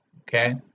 Okay